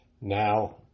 Now